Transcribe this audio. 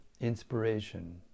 inspiration